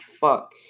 fuck